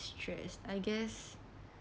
stressed I guess